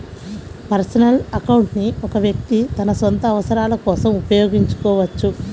personal account ని ఒక వ్యక్తి తన సొంత అవసరాల కోసం ఉపయోగించుకోవచ్చు